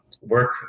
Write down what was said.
work